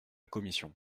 commission